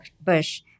Bush